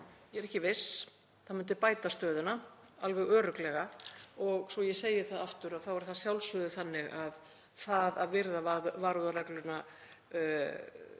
Ég er ekki viss, það myndi bæta stöðuna alveg örugglega. Og svo ég segi það aftur þá er það að sjálfsögðu þannig að það að virða varúðarregluna